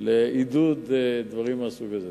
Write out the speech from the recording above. לעידוד דברים מהסוג הזה.